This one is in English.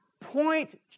point